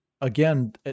again